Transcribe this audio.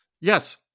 Yes